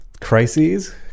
crises